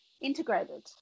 integrated